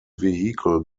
vehicle